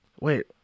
Wait